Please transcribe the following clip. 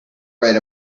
write